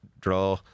draw